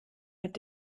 mit